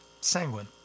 Sanguine